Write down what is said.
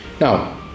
Now